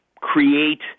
create